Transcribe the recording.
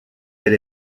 elle